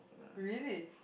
really